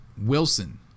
Wilson